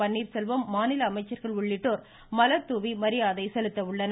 பன்னீர்செல்வம் மாநில அமைச்சர்கள் உள்ளிட்டோர் மல்தூவி மரியாதை செலுத்த உள்ளனர்